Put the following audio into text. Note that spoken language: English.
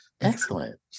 Excellent